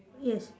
yes